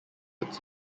its